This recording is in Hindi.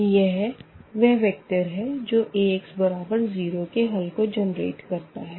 यह वह वेक्टर है जो Ax बराबर 0 के हल को जनरेट करता है